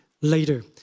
later